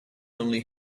only